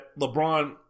LeBron